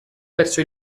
verso